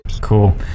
cool